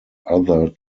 other